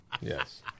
Yes